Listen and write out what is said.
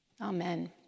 Amen